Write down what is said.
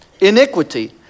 Iniquity